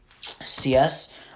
CS